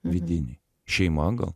vidinį šeima gal